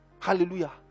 Hallelujah